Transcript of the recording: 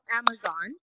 amazon